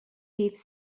dydd